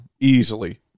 easily